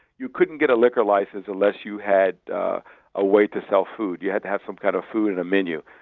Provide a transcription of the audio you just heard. you couldn't get a liquor license unless you had ah a way to sell food you had to have some kind of food and a menu.